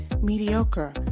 mediocre